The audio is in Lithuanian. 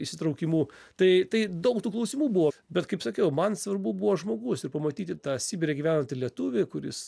įsitraukimu tai tai daug tų klausimų buvo bet kaip sakiau man svarbu buvo žmogus ir pamatyti tą sibire gyvenantį lietuvį kuris